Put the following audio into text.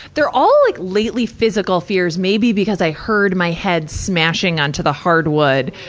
they're all like latterly, physical fears. maybe because i heard my head smashing onto the hard wood.